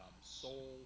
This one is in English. Soul